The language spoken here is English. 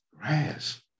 grass